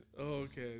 Okay